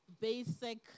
basic